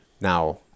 now